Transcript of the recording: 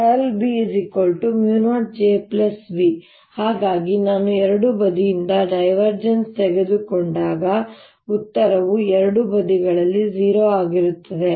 ಅದು ▽× B μ0 J V ಹಾಗಾಗಿ ನಾನು ಎರಡೂ ಬದಿಗಳಿಂದ ಡೈವರ್ಜೆನ್ಸ್ ತೆಗೆದುಕೊಂಡಾಗ ಉತ್ತರವು ಎರಡೂ ಬದಿಗಳಲ್ಲಿ 0 ಆಗಿರುತ್ತದೆ